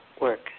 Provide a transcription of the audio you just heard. work